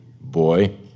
boy